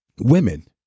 women